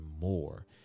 more